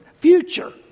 future